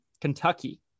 Kentucky